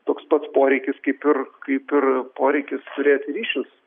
toks pats poreikis kaip ir kaip ir poreikis turėti ryšius